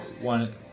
one